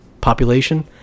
population